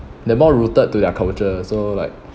they're more rooted to their culture so like